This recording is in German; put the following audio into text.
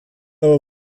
aber